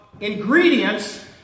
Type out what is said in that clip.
ingredients